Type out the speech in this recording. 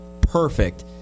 Perfect